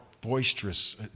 boisterous